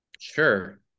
Sure